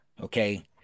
okay